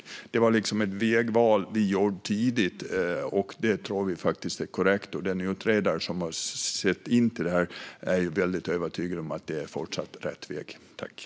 Det var ett vägval vi gjorde tidigt, och vi tror att det är det korrekta. Den utredare som har tittat på det hela är dessutom övertygad om att det här även fortsättningsvis är rätt väg.